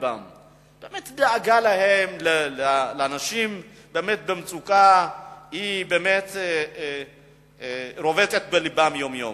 שהדאגה לאנשים במצוקה באמת רובצת בלבם יום-יום.